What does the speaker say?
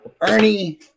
Ernie